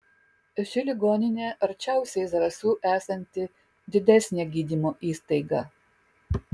ši ligoninė arčiausiai zarasų esanti didesnė gydymo įstaiga